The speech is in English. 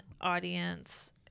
audience